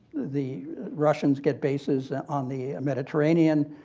the russians get bases and on the mediterranean.